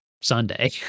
Sunday